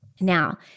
Now